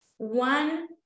One